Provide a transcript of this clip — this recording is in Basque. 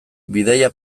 bidaia